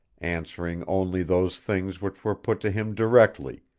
answering only those things which were put to him directly,